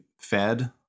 fed